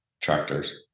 Tractors